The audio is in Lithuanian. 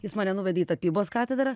jis mane nuvedė į tapybos katedrą